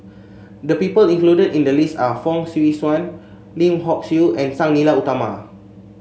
the people included in the list are Fong Swee Suan Lim Hock Siew and Sang Nila Utama